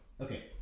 Okay